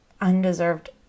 undeserved